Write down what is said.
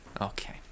Okay